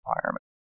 environment